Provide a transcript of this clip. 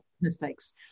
mistakes